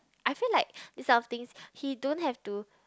I feel like this type of things he don't have to